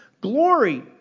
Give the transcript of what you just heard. glory